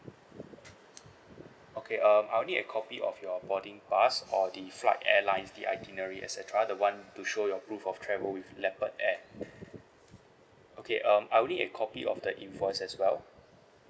okay um I'll need a copy of your boarding pass or the flight airlines the itinerary et cetera the one to show your proof of travel with leopard air okay um I will need a copy of the invoice as well